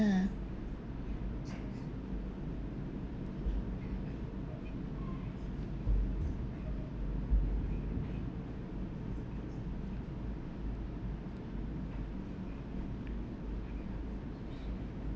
ah